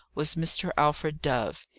was mr. alfred dove.